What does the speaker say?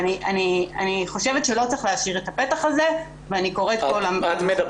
אני חושבת שלא צריך להשאיר את הפתח הזה ואני קוראת פה למחוקק,